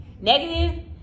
negative